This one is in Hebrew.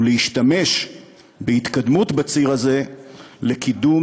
ולהשתמש בהתקדמות בציר הזה לקידום